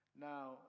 Now